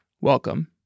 Welcome